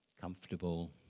comfortable